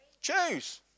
choose